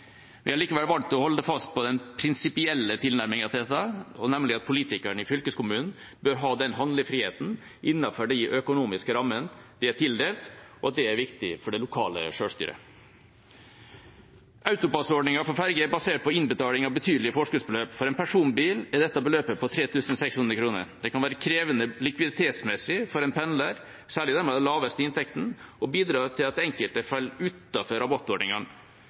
Vi har likevel valgt å holde fast på den prinsipielle tilnærmingen til dette, nemlig at politikerne i fylkeskommunen bør ha den handlefriheten innenfor de økonomiske rammene de er tildelt, og at det er viktig for det lokale selvstyret. AutoPASS-ordningen for ferger er basert på innbetaling av betydelige forskuddsbeløp. For en personbil er dette beløpet på 3 600 kr. Det kan være krevende likviditetsmessig for en pendler, særlig for dem med de laveste inntektene, og bidrar til at enkelte faller utenfor rabattordningene.